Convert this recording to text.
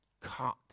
cut